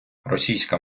російська